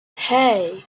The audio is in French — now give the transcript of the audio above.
hey